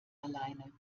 alleine